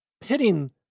pitting